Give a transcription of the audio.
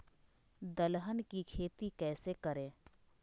दलहन की खेती कैसे करें?